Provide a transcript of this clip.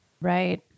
Right